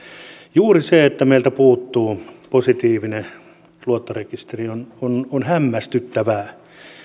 juuri se että meiltä puuttuu positiivinen luottorekisteri on hämmästyttävää